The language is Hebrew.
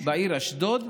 בעיר אשדוד,